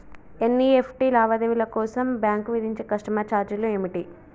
NEFT లావాదేవీల కోసం bank విధించే కస్టమర్ ఛార్జీలు ఏమిటి?